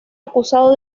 acusado